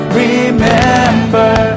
remember